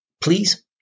please